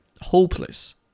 hopeless